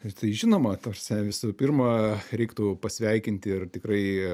ir tai žinoma ta prasme visų pirma reiktų pasveikinti ir tikrai